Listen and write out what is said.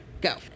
Go